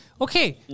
Okay